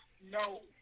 no